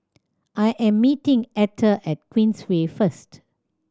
I am meeting Etter at Queensway first